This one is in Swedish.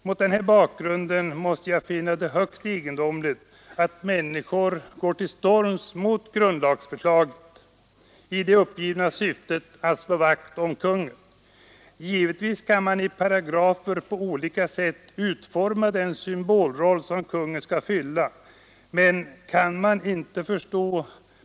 Mot denna bakgrund finner jag det i hög grad egendomligt att människor går till storms mot grundlagsförslaget i det uppgivna syftet att slå vakt om kungen. Givetvis kan man i paragrafer på olika sätt utforma den symbolroll som konungen skall ha.